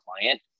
client